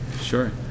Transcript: Sure